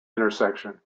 intersection